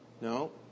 No